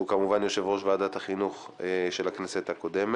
שהוא כמובן יושב-ראש ועדת החינוך של הכנסת הקודמת,